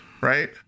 right